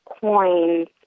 coins